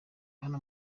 hano